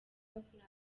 bavuga